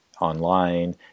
online